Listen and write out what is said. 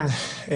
כן.